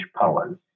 powers